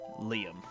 Liam